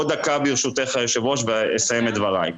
עוד דקה ברשותך, היושבת-ראש, ואסיים את דבריי.